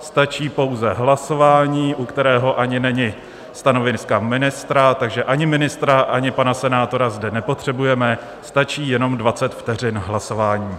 Stačí pouze hlasování, u kterého ani není stanovisko ministra, takže ani ministra ani pana senátora zde nepotřebujeme, stačí jenom 20 vteřin hlasování.